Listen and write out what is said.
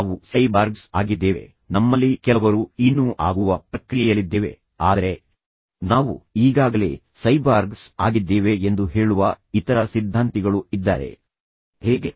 ನಾವು ಸೈಬಾರ್ಗ್ಸ್ ಆಗಿದ್ದೇವೆ ನಮ್ಮಲ್ಲಿ ಕೆಲವರು ಇನ್ನೂ ಆಗುವ ಪ್ರಕ್ರಿಯೆಯಲ್ಲಿದ್ದೇವೆ ಆದರೆ ನಾವು ಈಗಾಗಲೇ ಸೈಬಾರ್ಗ್ಸ್ ಆಗಿದ್ದೇವೆ ಎಂದು ಹೇಳುವ ಇತರ ಸಿದ್ಧಾಂತಿಗಳು ಇದ್ದಾರೆ ಹೇಗೆ